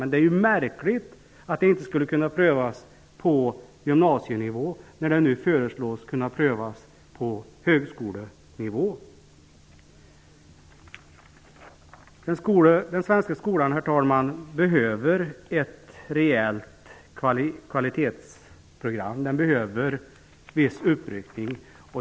Men det är märkligt att detta inte skulle kunna prövas på gymnasienivå när det föreslås kunna prövas på högskolenivå. Den svenska skolan behöver ett rejält kvalitetsprogram. Den behöver viss uppryckning.